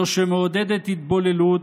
זו שמעודדת התבוללות,